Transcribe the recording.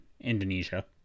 Indonesia